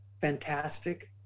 fantastic